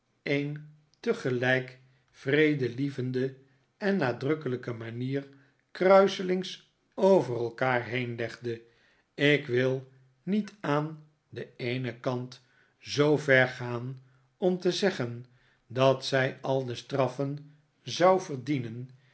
een tegelijk vredelievende hoe eendrachtig men bijeen was en nadrukkelijke manier kruiselings over elkaar heenlegde ik wil niet aan den eenen kant zoover gaan om te zeggen dat zij al de straffen zou verdienen